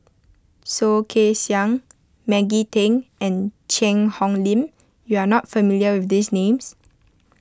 Soh Kay Siang Maggie Teng and Cheang Hong Lim you are not familiar with these names